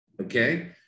okay